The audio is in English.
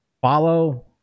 Follow